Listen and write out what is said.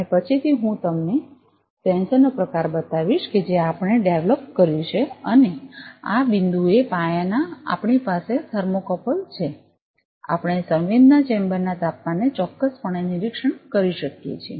અને પછીથી હું તમને સેન્સરનો પ્રકાર બતાવીશ કે જેણે આપણે ડેવલોપ કર્યું છે અને આ બિંદુએ પાયાના આપણી પાસે થર્મોકોપલછે આપણે સંવેદના ચેમ્બરના તાપમાનને ચોક્કસપણે નિરીક્ષણ કરી શકીએ છીએ